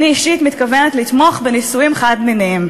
אני אישית מתכוונת לתמוך בנישואים חד-מיניים.